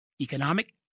economic